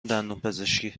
دندونپزشکی